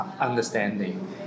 understanding